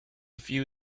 few